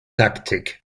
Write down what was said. taktik